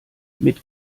mit